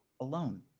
alone